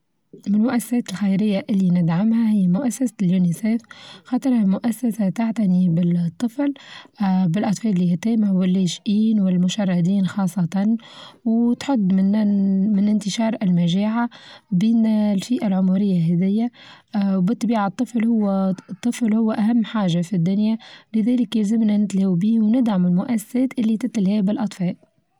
من الوقفات الخيرية اللي ندعمها هي مؤسسة اليونيسيف، خطر المؤسسة تعتني بالطفل، آآ بالأطفال اليتامى واللاجئين والمشردين خاصة، وتحد منا من إنتشار المچاعة بين الفئة العمرية هذيا، اه وبالطبيعة الطفل هو الطفل هو أهم حاچة في الدنيا لذلك يلزمنا نتلاو بيهم وندعم المؤسسات اللي تتلاهى بالاطفال.